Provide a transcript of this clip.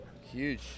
huge